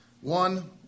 One